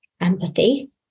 empathy